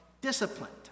disciplined